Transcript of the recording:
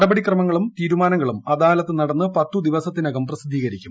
നടപടിക്രമങ്ങളും തീരുമാനങ്ങളും അദാലത്ത് നടന്ന് പത്തു ദിവസത്തിനകം പ്രസിദ്ധീകരിക്കും